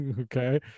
Okay